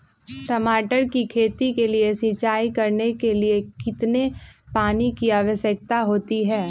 टमाटर की खेती के लिए सिंचाई करने के लिए कितने पानी की आवश्यकता होती है?